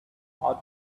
out